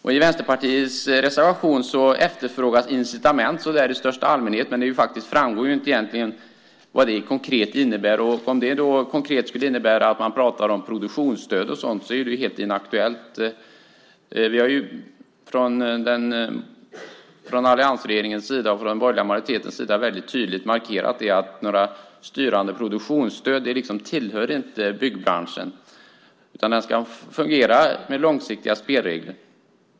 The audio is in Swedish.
I Vänsterpartiets reservation efterfrågas incitament i största allmänhet, men det framgår inte vad det konkret innebär. Om det konkret skulle innebära produktionsstöd och sådant kan jag säga att det är helt inaktuellt. Vi har från alliansregeringens och den borgerliga majoritetens sida väldigt tydligt markerat att några styrande produktionsstöd inte tillhör byggbranschen. Den ska fungera med långsiktiga spelregler.